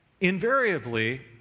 invariably